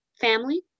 family